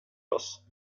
oss